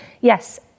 yes